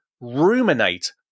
ruminate